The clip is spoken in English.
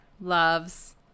Loves